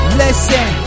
listen